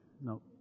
No